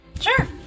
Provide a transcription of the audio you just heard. Sure